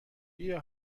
بیا